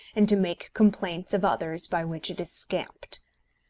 and to make complaints of others by which it is scamped.